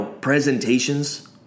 presentations